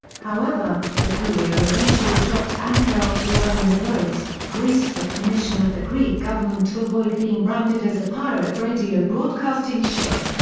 however, the courier eventually dropped anchor off the island of rhodes, greece with permission of the greek government to avoid being branded as a pirate radio broadcasting ship.